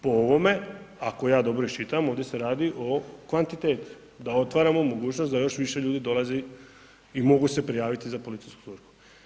Po ovome ako ja dobro iščitavam ovdje se radi o kvantiteti, da otvaramo mogućnost da još više ljudi dolazi i mogu se prijaviti za policijsku službu.